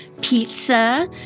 pizza